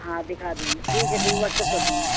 ہاں دکھا دوں گی ٹھیک ہے ٹھیک ہے واٹسپ کر دوں گی